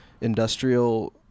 industrial